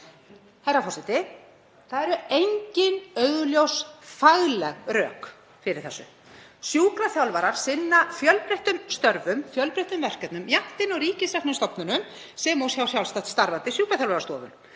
Herra forseti. Það eru engin augljós fagleg rök fyrir þessu. Sjúkraþjálfarar sinna fjölbreyttum störfum og verkefnum jafnt inni á ríkisreknum stofnunum sem og hjá sjálfstætt starfandi sjúkraþjálfarastofum.